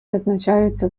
визначаються